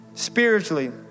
Spiritually